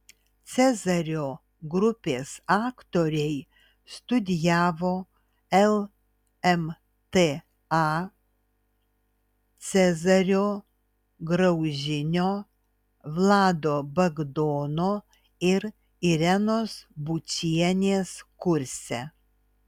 cezario grupės aktoriai studijavo lmta cezario graužinio vlado bagdono ir irenos bučienės kurse